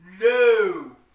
No